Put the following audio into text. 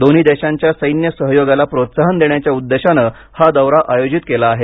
दोन्ही देशांच्या सैन्य सहयोगाला प्रोत्साहन देण्याच्या उद्देशाने हा दौरा आयोजित केला आहे